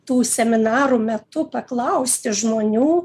tų seminarų metu paklausti žmonių